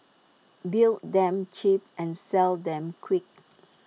build them cheap and sell them quick